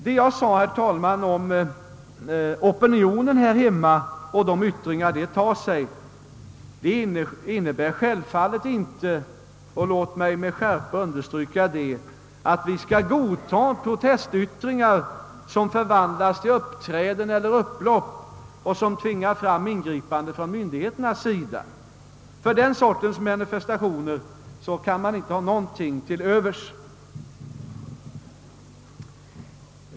Vad jag sade om opinionen här hemma och dess yttringar innebär självfallet inte — det vill jag understryka med skärpa — att vi skall godta protestyttringar som förvandlas till uppträden eller upplopp och tvingar fram ingripanden från myndigheterna. För den sortens manifestationer kan man inte ha någonting till övers.